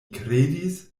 kredis